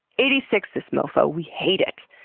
eighty six this mofo. we hate it.